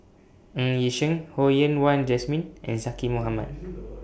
Ng Yi Sheng Ho Yen Wah Jesmine and Zaqy Mohamad